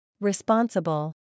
Responsible